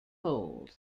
fold